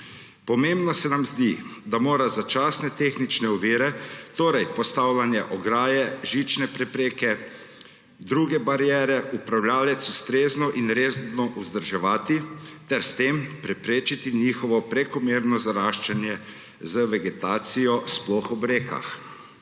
Pomembno se nam zdi, da mora začasne tehnične ovire, torej postavljene ograje, žične prepreke, druge bariere, upravljavec ustrezno in redno vzdrževati ter s tem preprečiti njihovo prekomerno zaraščanje z vegetacijo, sploh ob rekah.